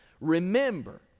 Remember